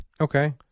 Okay